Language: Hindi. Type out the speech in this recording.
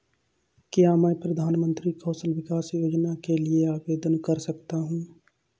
क्या मैं प्रधानमंत्री कौशल विकास योजना के लिए आवेदन कर सकता हूँ?